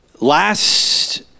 last